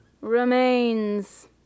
remains